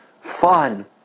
fun